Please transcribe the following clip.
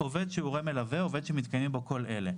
עובד שמתקיימים בו כל אלה: